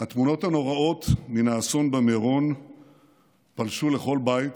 התמונות הנוראות מן האסון במירון פלשו לכל בית,